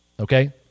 Okay